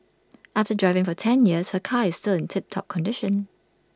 after driving for ten years her car is still in tip top condition